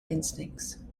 instincts